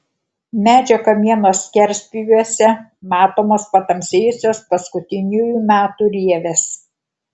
medžio kamieno skerspjūviuose matomos patamsėjusios paskutiniųjų metų rievės